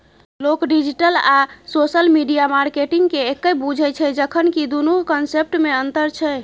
लोक डिजिटल आ social media मार्केटिंगकेँ एक्के बुझय छै जखन कि दुनुक कंसेप्टमे अंतर छै